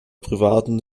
privaten